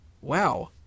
Wow